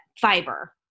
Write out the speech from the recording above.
fiber